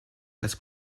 als